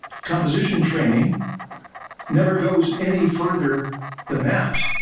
composition training never goes any further than that.